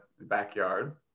backyard